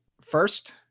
first